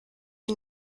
ihn